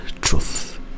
truth